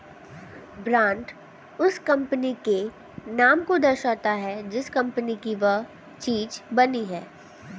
brand उस company के नाम को दर्शाता है जिस कंपनी की वह चीज बनी है